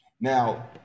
Now